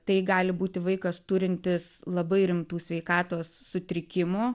tai gali būti vaikas turintis labai rimtų sveikatos sutrikimų